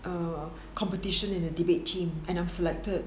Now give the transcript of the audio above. err competition in the debate team and I'm selected